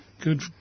Good